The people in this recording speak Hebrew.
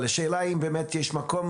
השאלה היא האם יש מקום